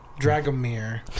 dragomir